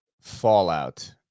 fallout